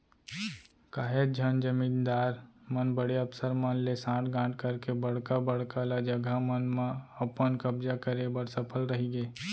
काहेच झन जमींदार मन बड़े अफसर मन ले सांठ गॉंठ करके बड़का बड़का ल जघा मन म अपन कब्जा करे बर सफल रहिगे